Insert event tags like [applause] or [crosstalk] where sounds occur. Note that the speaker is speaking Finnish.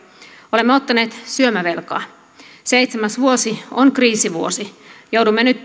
olemme ottaneet syömävelkaa seitsemäs vuosi on kriisivuosi joudumme nyt [unintelligible]